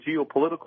geopolitical